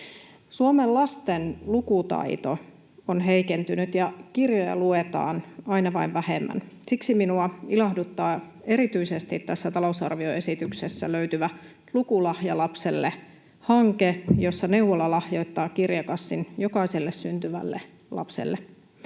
Suomen lasten lukutaito on heikentynyt, ja kirjoja luetaan aina vaan vähemmän. Siksi minua ilahduttaa erityisesti tässä talousarvioesityksessä löytyvä Lukulahja lapselle -hanke, jossa neuvola lahjoittaa kirjakassin jokaiselle syntyvälle lapselle.